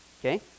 Okay